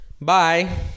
Bye